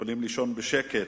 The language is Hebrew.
יכולים לישון בשקט.